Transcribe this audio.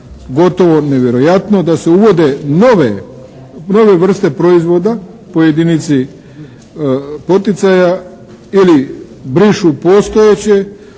gotovo nevjerojatno. Da se uvode nove vrste proizvoda po jedinici poticaja ili brišu postojeće